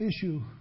issue